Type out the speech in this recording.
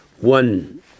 one